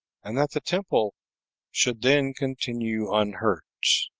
and that the temple should then continue unhurt.